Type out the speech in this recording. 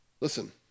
Listen